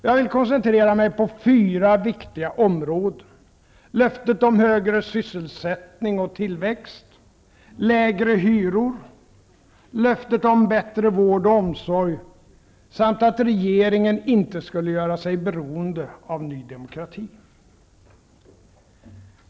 Jag vill koncentrera mig på fyra viktiga områden: löftena om högre sysselsättning och tillväxt, lägre hyror, bättre vård och omsorg samt att regeringen inte skulle göra sig beroende av Ny demokrati.